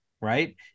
Right